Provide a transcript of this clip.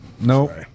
no